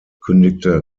kündigte